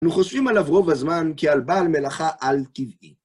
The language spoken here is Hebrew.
אנו חושבים עליו רוב הזמן כעל בעל מלאכה על-טבעי.